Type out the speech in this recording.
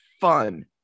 fun